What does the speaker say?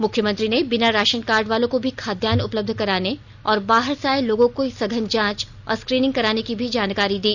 मुख्यमंत्री ने बिना राषन कार्ड वालों को भी खाद्यान्न उपलब्ध कराने और बाहर से आए लोगों की संघन जांच और स्क्रीनिंग कराने की भी जानकारी दी